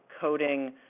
coding